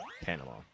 Panama